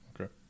Okay